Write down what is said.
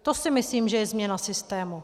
To si myslím, že je změna systému.